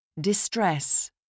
Distress